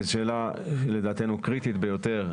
שלדעתנו קריטית ביותר,